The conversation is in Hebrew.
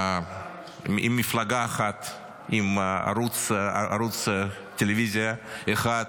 עם מפלגה אחת, עם ערוץ טלוויזיה אחד,